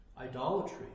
Idolatry